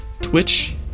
Twitch